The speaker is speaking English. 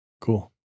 Cool